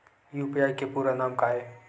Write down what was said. UPI के पूरा नाम का ये?